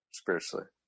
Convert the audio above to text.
spiritually